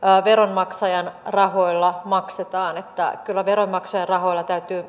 veronmaksajan rahoilla maksetaan kyllä veronmaksajan rahoilla täytyy